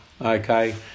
Okay